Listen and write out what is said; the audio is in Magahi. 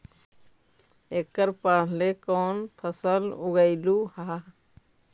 एकड़ पहले कौन फसल उगएलू हा?